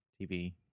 TV